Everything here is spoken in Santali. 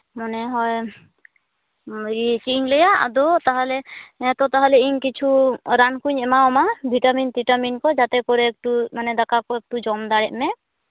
ᱢᱚᱱᱮ ᱦᱚᱭ ᱤᱭᱟᱹ ᱪᱮᱫ ᱤᱧ ᱞᱟᱹᱭᱟ ᱟᱫᱚ ᱛᱟᱦᱚᱞᱮ ᱦᱮᱸ ᱛᱚ ᱛᱟᱦᱚᱞᱮ ᱤᱧ ᱠᱤᱪᱷᱩ ᱨᱟᱱ ᱠᱚᱧ ᱮᱢᱟᱣᱟᱢᱟ ᱵᱷᱤᱴᱟᱢᱤᱱ ᱛᱤᱴᱟᱢᱤᱱ ᱠᱚ ᱡᱟᱛᱮ ᱠᱚᱨᱮ ᱮᱠᱴᱩ ᱫᱟᱠᱟ ᱠᱚ ᱮᱠᱴᱩ ᱡᱚᱢ ᱫᱟᱲᱮᱜ ᱢᱮ